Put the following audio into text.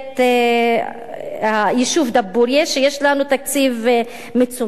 היישוב דבורייה: יש לנו תקציב מצומצם.